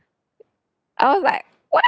I was like what